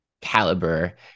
caliber